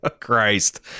Christ